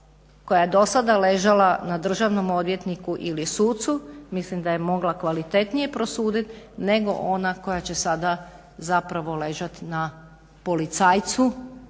koja je dosada ležala na državnom odvjetniku ili sucu mislim da je mogla kvalitetnije prosuditi nego ona koja će sada zapravo ležati na policajcu